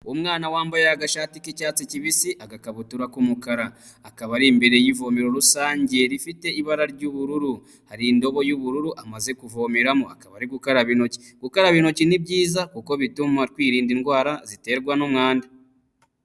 Umwana wambaye agashati k'icyatsi kibisi, agakabutura k'umukara, akaba ari imbere y'ivomero rusange rifite ibara ry'ubururu. Hari indobo y'ubururu amaze kuvomeramo, akaba ari gukaraba intoki. Gukaraba intoki ni byiza kuko bituma twirinda indwara ziterwa n'umwanda.